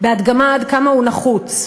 בהדגמה עד כמה הוא נחוץ.